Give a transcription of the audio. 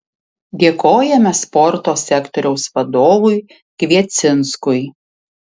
dėkojame sporto sektoriaus vadovui kviecinskui